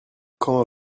quand